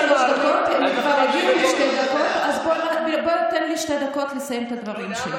אז בוא תן לי שתי דקות לסיים את הדברים שלי.